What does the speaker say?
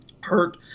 hurt